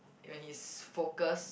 when he's focused